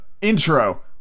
Intro